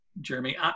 Jeremy